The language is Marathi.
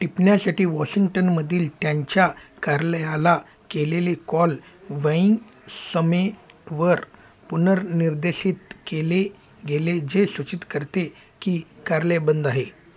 टिपण्यासाठी वॉशिंग्टनमधील त्यांच्या कार्यालयाला केलेले कॉल वैंग समेवर पुनर्निर्देशित केले गेले जे सूचित करते की कार्यालय बंद आहे